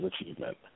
achievement